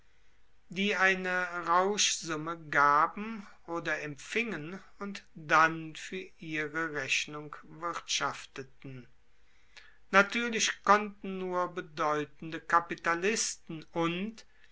die eine rauschsumme gaben oder empfingen und dann fuer ihre rechnung wirtschafteten natuerlich konnten nur bedeutende kapitalisten und